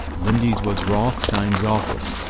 lindy's was rothstein's office.